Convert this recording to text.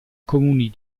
comuni